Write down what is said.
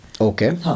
Okay